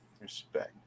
Respect